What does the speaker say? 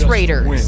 Raiders